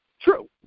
True